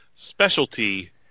specialty